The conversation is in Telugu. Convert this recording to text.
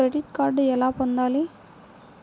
క్రెడిట్ కార్డు ఎలా పొందాలి?